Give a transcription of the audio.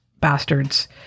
bastards